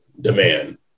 demand